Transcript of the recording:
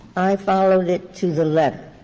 i followed it to the letter.